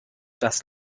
das